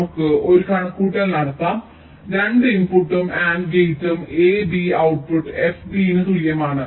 നമുക്ക് ഒരു കണക്കുകൂട്ടൽ നടത്താം 2 ഇൻപുട്ടും AND ഗേറ്റും a b output f b ന് തുല്യമാണ്